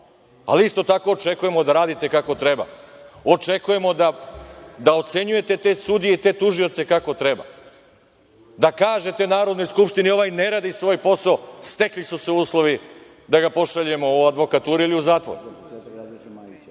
Ali, isto tako, očekujemo da radite kako treba. Očekujemo da ocenjujete te sudije i te tužioce kako treba, da kažete Narodnoj skupštini - ovaj ne radi svoj posao, stekli su se uslovi da ga pošaljemo u advokaturu ili u zatvor.